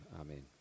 Amen